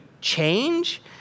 change